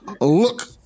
look